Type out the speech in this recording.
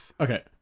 Okay